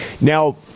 now